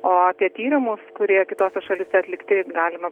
o apie tyrimus kurie kitose šalyse atlikti galima